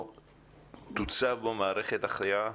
תוצב בו מערכת החייאה?